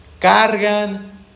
cargan